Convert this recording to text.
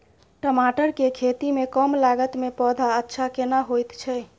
टमाटर के खेती में कम लागत में पौधा अच्छा केना होयत छै?